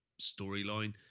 storyline